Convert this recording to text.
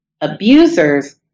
abusers